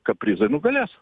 kaprizai nugalės